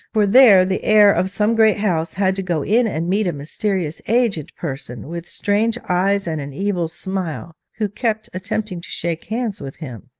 for there the heir of some great house had to go in and meet a mysterious aged person with strange eyes and an evil smile, who kept attempting to shake hands with him.